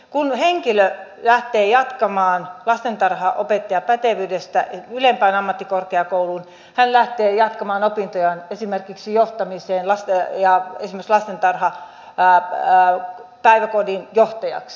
kun henkilö lähtee jatkamaan lastentarhanopettajan pätevyydestä ylempään ammattikorkeakouluun hän lähtee jatkamaan opintojaan esimerkiksi johtamiseen esimerkiksi päiväkodin johtajaksi